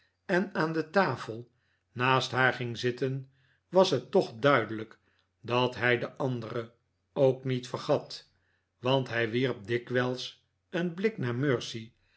en aan de tafel naast haar ging zitten was het toch duidelijk dat hij r de andere ook niet vergat want hij wierp dikwijls een blik naar mercy